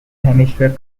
hampshire